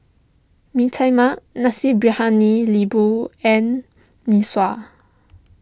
Mee Tai Mak Nasi Briyani Lembu and Mee Sua